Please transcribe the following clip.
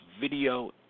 video